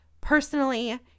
personally